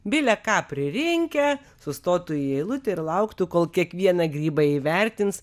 bile ką pririnkę sustotų į eilutę ir lauktų kol kiekvieną grybą įvertins